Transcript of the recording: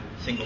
single